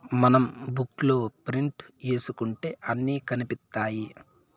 మనం బుక్ లో ప్రింట్ ఏసుకుంటే అన్ని కనిపిత్తాయి